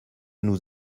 nous